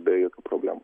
be jokių problemų